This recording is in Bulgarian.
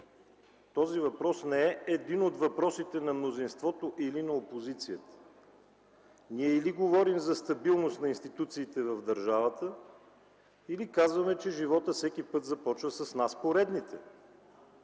Този въпрос не е един от въпросите на мнозинството или на опозицията. Ние или говорим за стабилност на институциите в държавата, или казваме, че животът всеки път започва с нас, поредните.